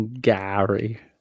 Gary